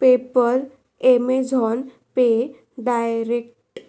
PayPal, Amazon pay, direct